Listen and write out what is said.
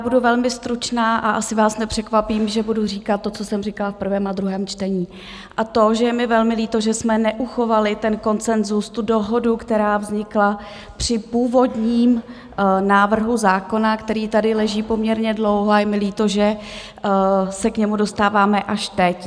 Budu velmi stručná a asi vás nepřekvapím, že budu říkat to, co jsem říkala v prvém a druhém čtení, a to, že je mi velmi líto, že jsme neuchovali ten konsenzus, dohodu, která vznikla při původním návrhu zákona, který tady leží poměrně dlouho, a je mi líto, že se k němu dostáváme až teď.